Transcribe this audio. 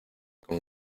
con